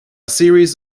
series